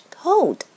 cold